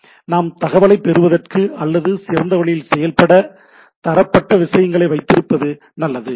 இது நாம் தகவலை பெறுவதற்கு அல்லது சிறந்த வழியில் செயல்பட தரப்படுத்தப்பட்ட விஷயங்களை வைத்திருப்பது நல்லது